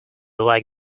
like